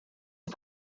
ses